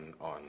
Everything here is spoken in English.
on